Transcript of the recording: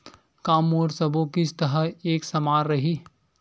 का मोर सबो किस्त ह एक समान रहि?